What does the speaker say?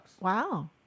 Wow